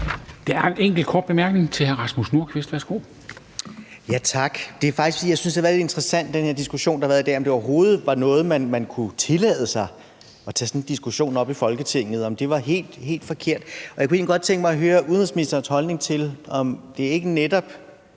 Der er en enkelt kort bemærkning til hr. Rasmus Nordqvist. Værsgo. Kl. 20:03 Rasmus Nordqvist (SF): Tak. Det er faktisk, fordi jeg synes, det har været lidt interessant med den her diskussion, der har været i dag, altså om man overhovedet kunne tillade sig at tage sådan en diskussion op i Folketinget, om det var helt, helt forkert. Jeg kunne egentlig godt tænke mig at høre udenrigsministerens holdning til, om det ikke netop